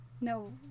no